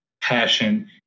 passion